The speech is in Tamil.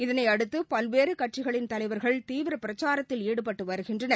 இதனையடுத்து பல்வேறு கட்சிகளின் தலைவர்கள் தீவிர பிரச்சாரத்தில் ஈடுபட்டு வருகின்றனர்